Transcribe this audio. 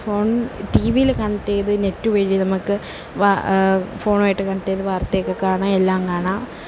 phone ടിവിയിൽ connect ചെയ്തു net വഴി നമുക്ക് ഫോണുമായിട്ട് കണക്ട് ചെയ്തു വാർത്തയൊക്കെ കാണാം എല്ലാം കാണാം